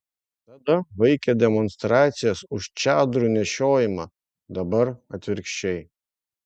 tada vaikė demonstracijas už čadrų nešiojimą dabar atvirkščiai